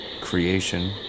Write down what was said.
creation